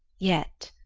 yet,